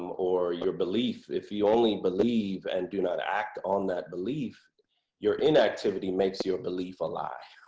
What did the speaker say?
um or your belief, if you only believe and do not act on that belief your inactivity makes your belief a lie